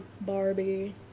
Barbie